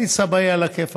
אני צבע עלא כיפאק.